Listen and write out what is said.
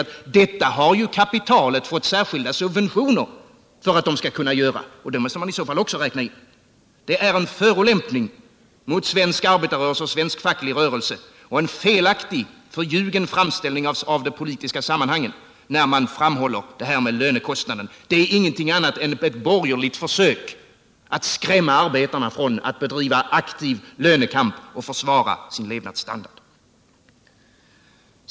Men detta har kapitalet fått särskilda subventioner för, och det måste man i så fall också räkna in. Det är en förolämpning mot svensk arbetarrörelse och svensk facklig rörelse och en felaktig, förljugen framställning av de politiska sammanhangen när man framhåller detta med lönekostnaden. Det är ingenting annat än ett borgerligt försök att skrämma arbetarna från att bedriva aktiv lönekamp och försvara sin levnadsstandard.